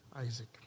Isaac